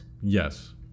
yes